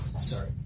Sorry